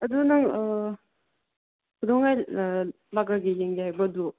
ꯑꯗꯨ ꯅꯪ ꯀꯩꯗꯧꯉꯩ ꯂꯥꯛꯂꯒ ꯌꯦꯡꯒꯦ ꯍꯥꯏꯕ꯭ꯔꯥ ꯑꯗꯨ